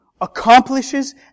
accomplishes